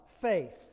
faith